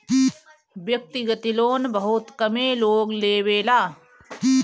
व्यक्तिगत लोन बहुत कमे लोग लेवेला